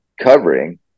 covering